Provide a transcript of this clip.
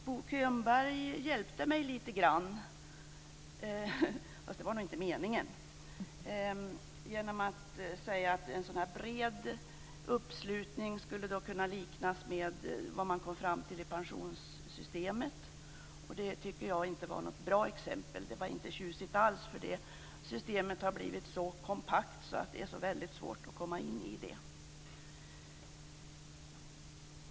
Bo Könberg hjälpte mig lite grann, fast det nog inte var meningen, genom att säga att en så här bred uppslutning skulle kunna liknas med det som man kom fram till när det gäller pensionssystemet. Det tycker jag inte var något bra exempel. Det var inte tjusigt alls, för det systemet har blivit så kompakt att det är svårt att sätta sig in i det.